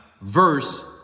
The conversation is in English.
verse